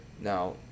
Now